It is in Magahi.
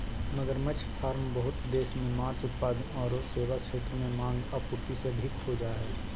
मगरमच्छ फार्म बहुत देश मे मांस उत्पाद आरो सेवा क्षेत्र में मांग, आपूर्ति से अधिक हो जा हई